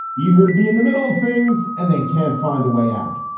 eager to be in the middle of things and then can't find a way out,